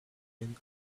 been